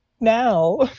now